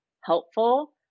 helpful